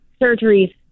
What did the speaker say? surgeries